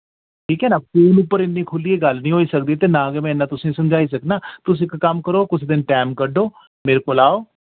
ठीक ऐ ना फोन उप्पर इन्नी खुलियै गल्ल निं होई सकदी ते ना गै में इन्ना तुसें समझाई सकना तुस इक कम्म करो कुसे दिन टैम कड्डो मेरे कोल आओ